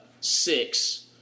six